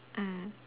mm